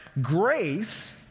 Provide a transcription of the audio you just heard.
Grace